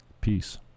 peace